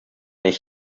ich